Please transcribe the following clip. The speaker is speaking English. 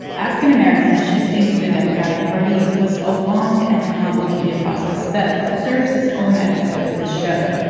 african americans shifting to the democratic party was a long and complicated process that deserves its own episode of the show.